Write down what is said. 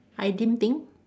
I didn't think